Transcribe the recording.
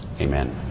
Amen